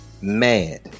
mad